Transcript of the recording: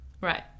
right